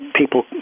people